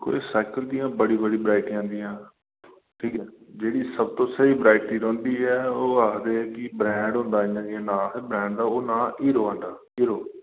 दिक्खो जी साइकल दियां बड़ियां बड़ियां बराइटियां औंदिया ठीक ऐ जेहड़ी सबतूं स्हेई वरायटी रौंह्दी ओह् आखदे कि ब्रैंड औंदा केह् नां ओह् नां हिरो हांडा